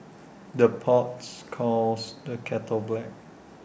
the pots calls the kettle black